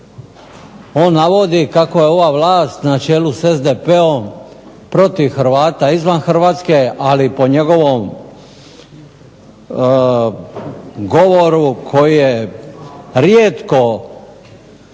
on navodi kako je ova vlast na čelu s SDP-om protiv Hrvata izvan Hrvatske, ali po njegovom govoru koji je rijetko